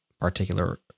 particular